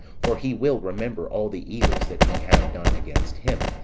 for he will remember all the evils that we have done against him,